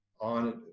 on